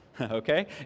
Okay